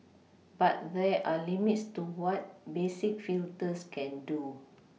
but there are limits to what basic filters can do